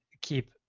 keep